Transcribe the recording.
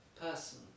person